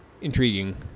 intriguing